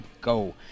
go